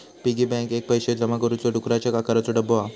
piggy bank एक पैशे जमा करुचो डुकराच्या आकाराचो डब्बो हा